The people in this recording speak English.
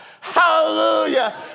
Hallelujah